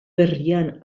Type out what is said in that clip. berrian